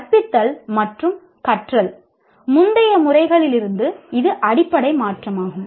கற்பித்தல் மற்றும் கற்றல் முந்தைய முறைகளிலிருந்து இது அடிப்படை மாற்றமாகும்